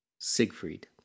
Siegfried